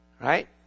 Right